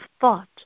thought